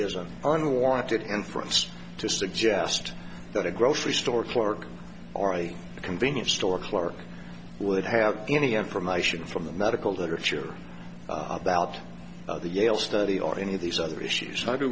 isn't unwarranted and for us to suggest that a grocery store clerk or a convenience store clerk would have any information from the medical literature about the yale study or any of these other issues how do